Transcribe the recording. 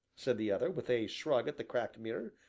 said the other, with a shrug at the cracked mirror.